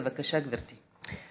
בבקשה, גברתי.